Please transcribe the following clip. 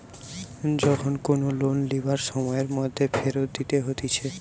যখন কোনো লোন লিবার সময়ের মধ্যে ফেরত দিতে হতিছে